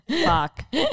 Fuck